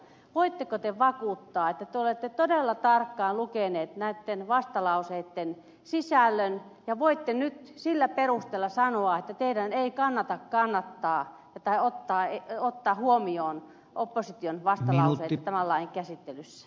voitteko te vakuuttaa että te olette todella tarkkaan lukenut näitten vastalauseitten sisällön ja voitte nyt sillä perusteella sanoa että teidän ei kannata ottaa huomioon opposition vastalausetta tämän lain käsittelyssä